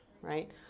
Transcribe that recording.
right